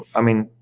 i mean,